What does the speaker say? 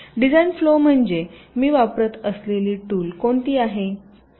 design flow म्हणजे मी वापरत असलेली टूल कोणती आहेत